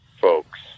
folks